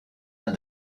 and